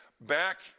back